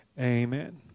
amen